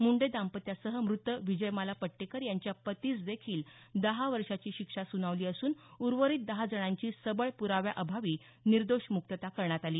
मुंडे दांपत्यासह मृत विजयमाला पट्टेकर यांच्या पतीस देखील दहा वर्षाची शिक्षा सुनावली असून उर्वरित दहा जणांची सबळ पुराव्याअभावी निर्दोष मुक्तता करण्यात आली